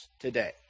today